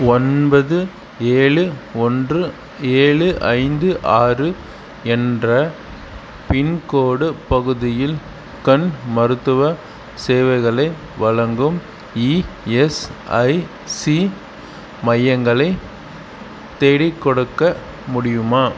ஒன்பது ஏழு ஒன்று ஏழு ஐந்து ஆறு என்ற பின்கோடு பகுதியில் கண் மருத்துவச் சேவைகளை வழங்கும் இஎஸ்ஐசி மையங்களை தேடிக் கொடுக்க முடியுமா